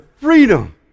freedom